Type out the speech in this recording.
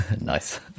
Nice